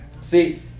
See